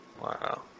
Wow